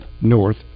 North